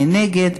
מי נגד?